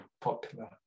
popular